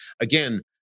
again